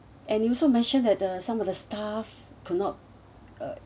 and you also mentioned that the some of the staff could not uh